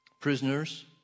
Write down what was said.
Prisoners